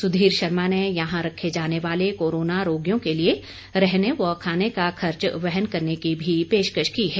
सुधीर शर्मा ने यहां रखे जाने वाले कोरोना रोगियों के लिए रहने व खाने का खर्च वहन करने की भी पेशकश की है